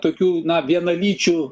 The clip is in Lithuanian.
tokių na vienalyčių